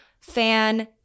fan